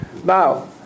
Now